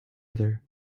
other